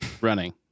Running